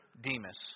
Demas